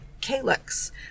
calyx